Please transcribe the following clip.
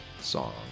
song